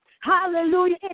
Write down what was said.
Hallelujah